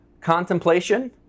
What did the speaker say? contemplation